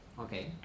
Okay